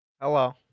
Hello